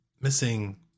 missing